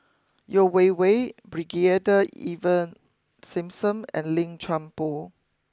Yeo Wei Wei Brigadier Ivan Simson and Lim Chuan Poh